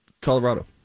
Colorado